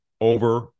over